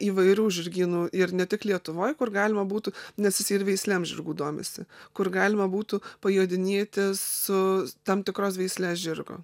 įvairių žirgynų ir ne tik lietuvoj kur galima būtų nes jisai ir veislėm žirgų domisi kur galima būtų pajodinėti su tam tikros veislės žirgu